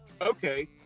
okay